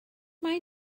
mae